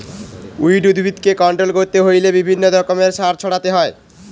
weed উদ্ভিদকে control করতে হইলে বিভিন্ন রকমের সার ছড়াতে হয়